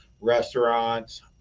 restaurants